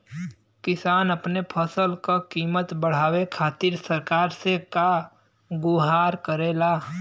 किसान अपने फसल क कीमत बढ़ावे खातिर सरकार से का गुहार करेला?